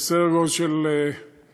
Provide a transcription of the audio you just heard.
סדר גודל של 6,000,